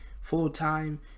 full-time